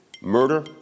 Murder